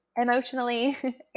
emotionally